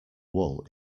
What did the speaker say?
wool